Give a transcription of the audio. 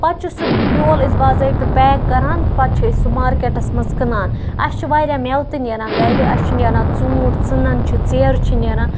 پَتہٕ چھُ سُہ بیول أسۍ باضٲبطہٕ پیک کَران پَتہٕ چھِ أسۍ سُہ مارکیٹَس مَنٛز کٕنان اَسہِ چھِ واریاہ مٮ۪وٕ تہِ نیران گَرِ اَسہِ چھِ نیران ژوٗنٛٹھۍ ژٕنَن چھِ ژیرٕ چھِ نیران